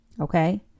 Okay